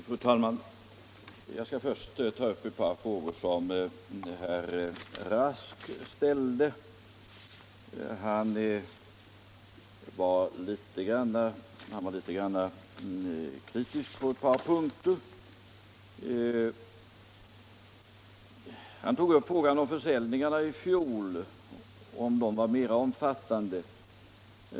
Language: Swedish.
Fru talman! Jag skall först ta upp ett par frågor som herr Rask ställde. Han var litet kritisk på ett par punkter. Han tog upp frågan om försäljningarna i fjol var mera omfattande.